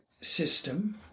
system